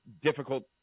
difficult